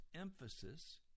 emphasis